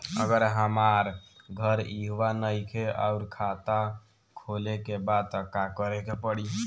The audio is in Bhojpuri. अगर हमार घर इहवा नईखे आउर खाता खोले के बा त का करे के पड़ी?